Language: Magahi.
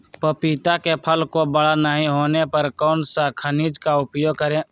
पपीता के फल को बड़ा नहीं होने पर कौन सा खनिज का उपयोग करें?